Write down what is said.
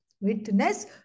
Witness